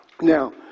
Now